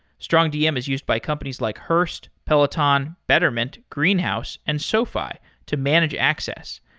strongdm is used by companies like hurst, peloton, betterment, greenhouse and sofi to manage access.